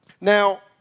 Now